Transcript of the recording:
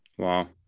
Wow